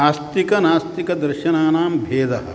आस्तिकनास्तिकदर्शनानां भेदः